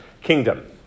kingdom